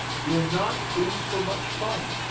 you're not in for much fun.